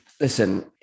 listen